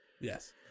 Yes